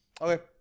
Okay